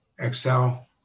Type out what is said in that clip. Excel